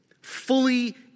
fully